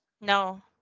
No